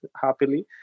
happily